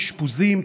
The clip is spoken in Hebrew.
אשפוזים,